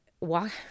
walk